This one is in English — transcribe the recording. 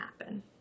happen